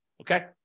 okay